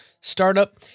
startup